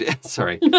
Sorry